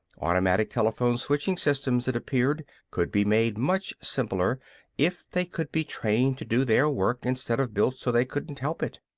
automatic telephone switching systems, it appeared, could be made much simpler if they could be trained to do their work instead of built so they couldn't help it.